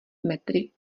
metry